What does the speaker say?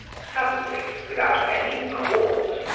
suddenly, without any cause,